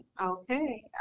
Okay